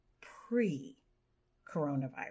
pre-coronavirus